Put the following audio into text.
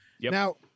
now